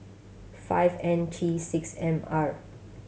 five N T six M R